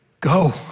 go